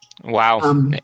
Wow